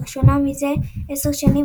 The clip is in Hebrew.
לראשונה מזה עשר שנים,